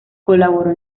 colaboró